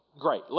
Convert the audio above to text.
great